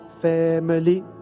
family